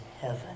heaven